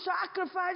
sacrifice